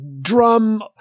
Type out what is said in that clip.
drum